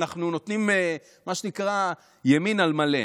אנחנו נותנים מה שנקרא ימין על מלא,